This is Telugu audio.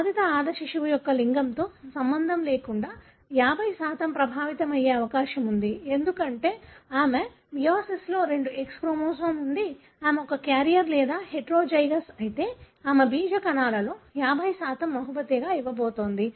బాధిత ఆడ శిశువు యొక్క లింగంతో సంబంధం లేకుండా 50 ప్రభావితం అయ్యే అవకాశం ఉంది ఎందుకంటే ఆమె మియోసిస్లో రెండు X క్రోమోజోమ్ ఉంది ఆమె ఒక క్యారియర్ లేదా హెటెరోజైగస్ అయితే ఆమె బీజ కణాలలో 50 బహుమతిగా ఇవ్వబో తోంది